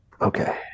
Okay